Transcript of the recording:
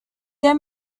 their